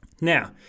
now